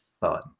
fun